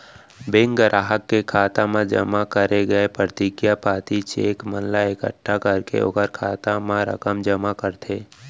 bank गराहक के खाता म जमा करे गय परतिगिया पाती, चेक मन ला एकट्ठा करके ओकर खाता म रकम जमा करथे